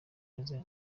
uheze